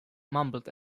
mumbled